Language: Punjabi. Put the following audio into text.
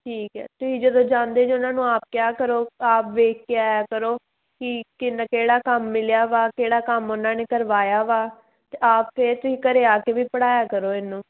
ਠੀਕ ਹੈ ਤੁਸੀਂ ਜਦੋਂ ਜਾਂਦੇ ਜੀ ਉਹਨਾਂ ਨੂੰ ਆਪ ਕਿਹਾ ਕਰੋ ਆਪ ਵੇਖ ਕੇ ਆਇਆ ਕਰੋ ਕਿ ਕਿੰਨਾ ਕਿਹੜਾ ਕੰਮ ਮਿਲਿਆ ਵਾ ਕਿਹੜਾ ਕੰਮ ਉਹਨਾਂ ਨੇ ਕਰਵਾਇਆ ਵਾ ਤਾਂ ਆ ਕੇ ਤੁਸੀਂ ਘਰ ਆ ਕੇ ਵੀ ਪੜ੍ਹਾਇਆ ਕਰੋ ਇਹਨੂੰ